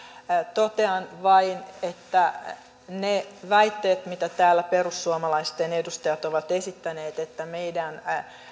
totean vain että ne väitteet mitä täällä perussuomalaisten edustajat ovat esittäneet että meidän